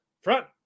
front